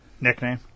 Nickname